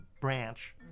branch